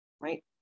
right